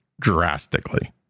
drastically